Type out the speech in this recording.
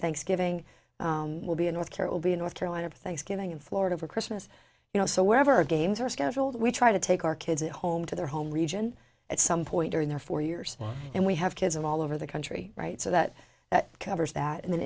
thanksgiving will be in north carolina north carolina for thanksgiving in florida for christmas you know so wherever games are scheduled we try to take our kids home to their home region at some point during their four years and we have kids of all over the country right so that covers that